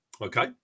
Okay